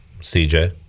cj